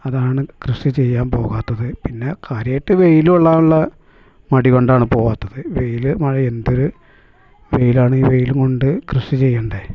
അതാണ് കൃഷി ചെയ്യാൻ പോകാത്തത് പിന്നെ കാര്യമായിട്ട് വെയിൽ കൊള്ളാനുള്ള മടി കൊണ്ടാണ് പോകാത്തത് വെയിൽ മഴ എന്തൊരു വെയിലാണ് ഈ വെയിൽ കൊണ്ടു കൃഷി ചെയ്യണ്ടെ